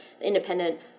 independent